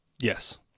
Yes